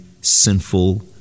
sinful